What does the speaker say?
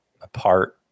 apart